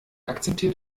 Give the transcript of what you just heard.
akzeptiert